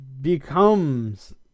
becomes